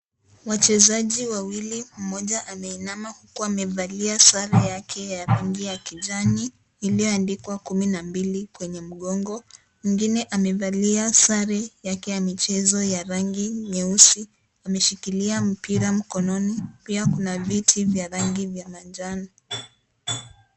Wachezaji wawili mmoja ameinama huku amevalia sare yake ya rangi ya kijani iliyoandikwa kumi na mbili kwenye mgongo mwingine amevalia sare yake ya michezo ya rangi nyeusi ameshikilia mpira mkononi pia kuna viti vya rangi ya manjano.